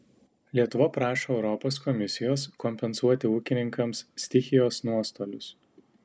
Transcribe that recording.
lietuva prašo europos komisijos kompensuoti ūkininkams stichijos nuostolius